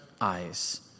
eyes